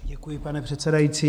Děkuji, pane předsedající.